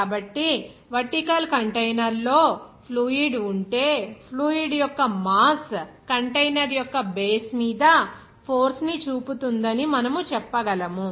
కాబట్టి vertical container లో fluid ఉంటే ఫ్లూయిడ్ యొక్క మాస్ కంటైనర్ యొక్క బేస్ మీద ఫోర్స్ ని చూపుతుందని మనము చెప్పగలం